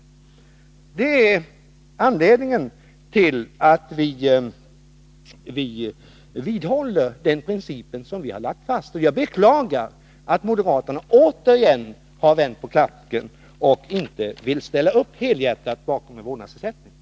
Detta är anledningen till att vi vidhåller den princip som vi har lagt fast. Jag beklagar att moderaterna återigen har vänt på klacken och inte helhjärtat vill ställa upp bakom vårdnadsersättningen.